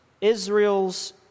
Israel's